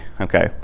Okay